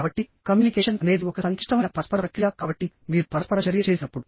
కాబట్టి కమ్యూనికేషన్ అనేది ఒక సంక్లిష్టమైన పరస్పర ప్రక్రియ కాబట్టి మీరు పరస్పర చర్య చేసినప్పుడు